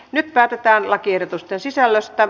nyt päätetään lakiehdotusten sisällöstä